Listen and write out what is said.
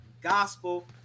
gospel